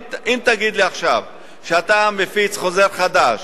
אם תגיד לי עכשיו שאתה מפיץ חוזר חדש,